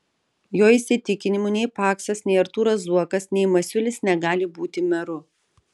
jo įsitikinimu nei paksas nei artūras zuokas nei masiulis negali būti meru